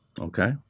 Okay